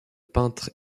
peintre